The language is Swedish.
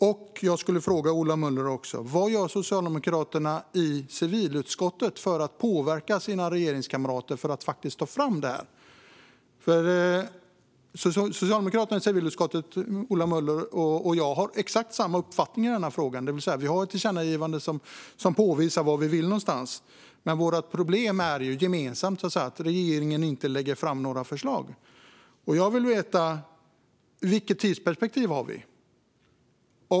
Jag vill också fråga Ola Möller: Vad gör Socialdemokraterna i civilutskottet för att påverka sina regeringskamrater att ta fram detta? Socialdemokraterna i civilutskottet och Ola Möller och jag har exakt samma uppfattning i den här frågan. Vi har ett tillkännagivande som påvisar vart vi vill. Men vårt problem är gemensamt, att regeringen inte lägger fram några förslag. Jag vill veta: Vilket tidsperspektiv har vi?